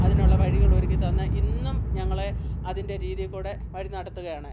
അതിനുള്ള വഴികൾ ഒരുക്കി തന്ന് ഇന്നും ഞങ്ങളെ അതിൻ്റെ രീതിയിൽ കൂടി വഴി നടത്തുകയാണ്